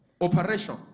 operation